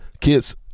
Kids